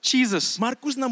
Jesus